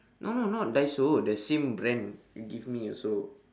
no no not Daiso the same brand you give me also